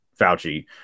Fauci